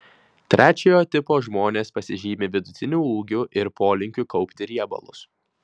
trečiojo tipo žmonės pasižymi vidutiniu ūgiu ir polinkiu kaupti riebalus